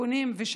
איכונים ושב"כ.